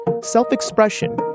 self-expression